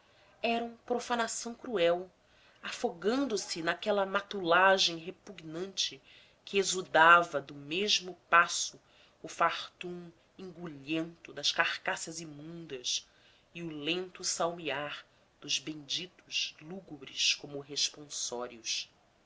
eram profanação cruel afogando se naquela matulagem repugnante que exsudava do mesmo passo o fartum engulhento das carcaças imundas e o lento salmear dos benditos lúgubres como